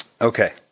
Okay